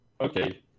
Okay